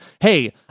hey